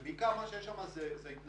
ובעיקר מה שיש שם זה התנהגויות